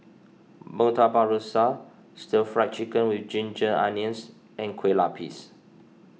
Murtabak Rusa Stir Fry Chicken with Ginger Onions and Kueh Lapis